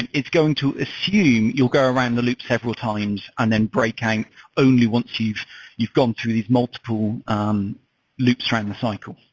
and it's going to assume you'll go around the loops several times and then break out only once you've you've gone through these multiple um loops around the cycle.